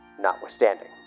notwithstanding